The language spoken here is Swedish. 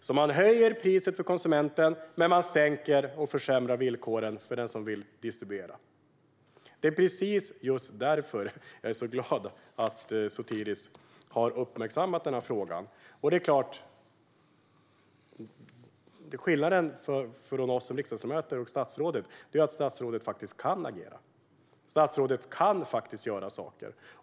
Man höjer alltså priset för konsumenten men sänker priset och försämrar villkoren för den som vill distribuera. Det är just därför jag är så glad att Sotiris har uppmärksammat denna fråga. Skillnaden mellan oss riksdagsledamöter och statsrådet är såklart att statsrådet faktiskt kan agera. Statsrådet kan göra saker.